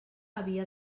havia